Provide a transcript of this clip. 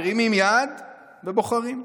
מרימים יד ובוחרים.